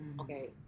Okay